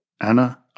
Anna